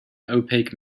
opaque